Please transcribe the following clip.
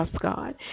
God